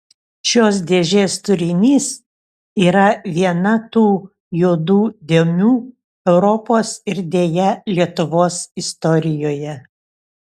šios dėžės turinys yra viena tų juodų dėmių europos ir deja lietuvos istorijoje